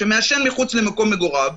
שמעשן מחוץ למקום מגוריו,